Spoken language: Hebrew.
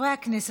חברי הכנסת,